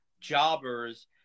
jobbers